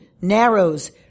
narrows